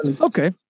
Okay